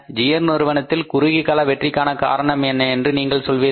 ஜியோ நிறுவனத்தின் குறுகியகால வெற்றிக்கான காரணம் என்ன என்று நீங்கள் சொல்வீர்கள்